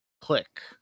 click